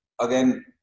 again